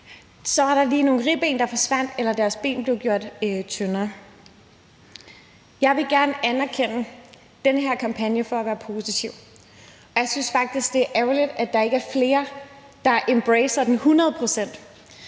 lige forsvandt nogle ribben, eller at deres ben er blevet gjort tyndere. Jeg vil gerne anerkende den her kampagne for at være positiv, og jeg synes faktisk, det er ærgerligt, at der ikke er flere, der embracer den hundrede procent,